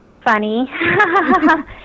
funny